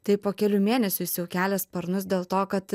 tai po kelių mėnesių jis jau kelia sparnus dėl to kad